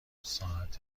ساعت